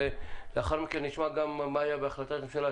ולאחר מכן נשמע מה היה בהחלטת הממשלה.